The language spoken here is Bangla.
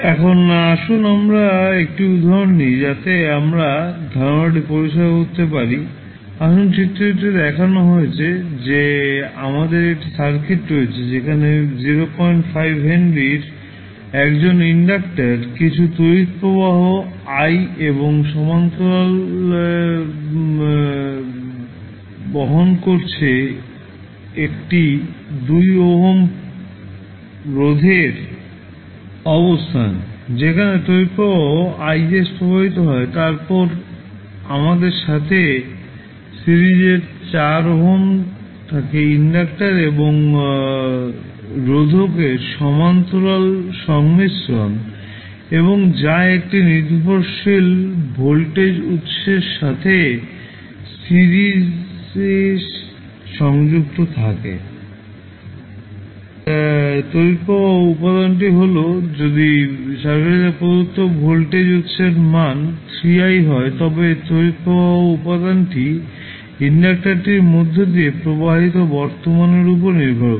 এখন আসুন আমরা একটি উদাহরণ নিই যাতে আমরা ধারণাটি পরিষ্কার করতে পারি আসুন চিত্রটিতে দেখানো হয়েছে যে আমাদের একটি সার্কিট রয়েছে এখানে 05 H এর একজন ইন্ডাক্টার কিছু তড়িৎ প্রবাহ i এবং সমান্তরাল বহন করছে একটি 2 ওহম রোধের অবস্থান যেখানে তড়িৎ প্রবাহ ix প্রবাহিত হয় তারপর আমাদের সাথে সিরিজের 4 ওহম থাকে ইন্ডাক্টর এবং রোধকের সমান্তরাল সংমিশ্রণ এবং যা একটি নির্ভরশীল ভোল্টেজ উত্সের সাথে সিরিজে সংযুক্ত থাকে যার তড়িৎ প্রবাহ উপাদানটি হল যদি সার্কিটটিতে প্রদত্ত ভোল্টেজ উত্সের মান 3i হয় তবে তড়িৎ প্রবাহ উপাদানটি ইন্ডাক্টারটির মধ্য দিয়ে প্রবাহিত বর্তমানের উপর নির্ভর করে